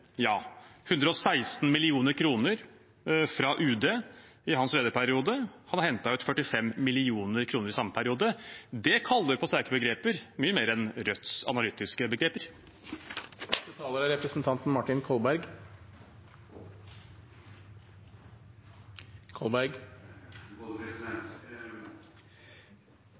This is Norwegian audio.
116 mill. kr fra UD i hans lederperiode. Han hentet ut 45 mill. kr i samme periode. Det kaller på sterke begreper – mye mer enn Rødts analytiske begreper.